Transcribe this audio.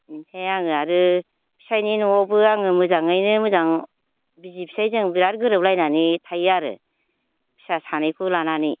इनिखाय आङो आरो फिसायनि न'आवबो आङो मोजाङैनो मोजां बिसि फिसाय जों बिराद गोरोबलायनानै थायो आरो फिसा सानैखौ लानानै